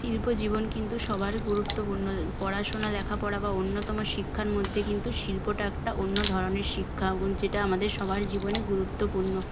শিল্পজীবন কিন্তু সবার গুরুত্বপূর্ণ পড়াশুনা লেখাপড়া বা অন্যতম শিক্ষার মধ্যে কিন্তু শিল্পটা একটা অন্য ধরনের শিক্ষা এবং যেটা আমাদের সবার জীবনে গুরুত্বপুর্ণ